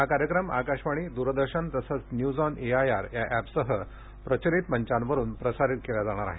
हा कार्यक्रम आकाशवाणी दूरदर्शन तसंच news on A I R या एपसह प्रचलित मंचांवरून प्रसारित केला जाणार आहे